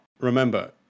remember